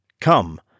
Come